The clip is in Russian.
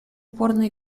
упорно